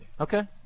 Okay